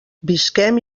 visquem